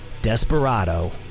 Desperado